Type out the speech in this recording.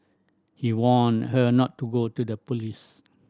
he warned her not to go to the police